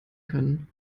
können